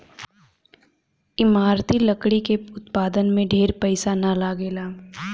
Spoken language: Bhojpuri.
इमारती लकड़ी के उत्पादन में ढेर पईसा ना लगेला